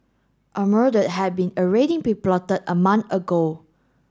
a murder had been already been plotted a month ago